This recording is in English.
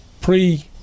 pre